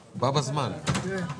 הישיבה ננעלה בשעה 14:15.